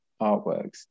artworks